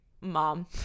mom